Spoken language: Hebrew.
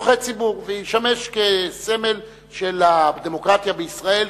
לצורכי ציבור וישמש כסמל של הדמוקרטיה בישראל,